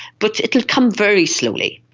but it will come very slowly.